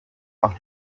auf